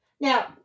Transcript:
Now